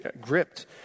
gripped